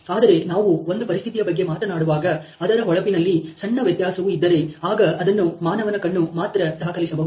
ಆದರೆ ನಾವು ಒಂದು ಪರಿಸ್ಥಿತಿಯ ಬಗ್ಗೆ ಮಾತನಾಡುವಾಗ ಅದರ ಹೊಳಪನಲ್ಲಿ ಸಣ್ಣ ವ್ಯತ್ಯಾಸವು ಇದ್ದರೆ ಆಗ ಅದನ್ನು ಮಾನವನ ಕಣ್ಣು ಮಾತ್ರ ದಾಖಲಿಸಬಹುದು